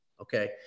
Okay